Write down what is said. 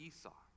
Esau